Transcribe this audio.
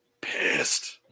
pissed